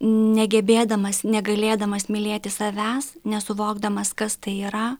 negebėdamas negalėdamas mylėti savęs nesuvokdamas kas tai yra